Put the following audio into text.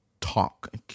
talk